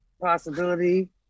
possibility